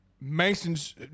Mason's